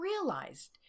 realized